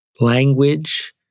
language